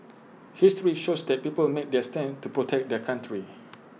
history shows that people made their stand to protect their country